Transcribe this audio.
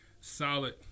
solid